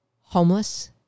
homeless